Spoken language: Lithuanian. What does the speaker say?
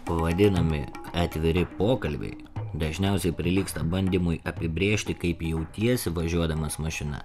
vadinami atviri pokalbiai dažniausiai prilygsta bandymui apibrėžti kaip jautiesi važiuodamas mašina